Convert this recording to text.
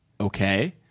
okay